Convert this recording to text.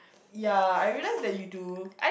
ya I realised that you do